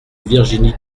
virginie